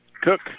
Cook